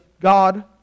God